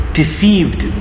deceived